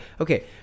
Okay